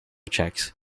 checks